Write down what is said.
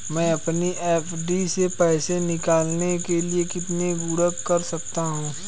मैं अपनी एफ.डी से पैसे निकालने के लिए कितने गुणक कर सकता हूँ?